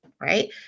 Right